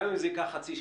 גם אם זה ייקח חצי שנה,